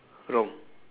wrong